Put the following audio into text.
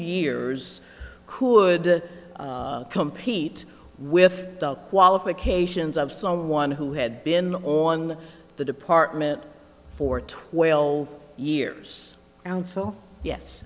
years could compete with the qualifications of someone who had been on the department for twelve years out so yes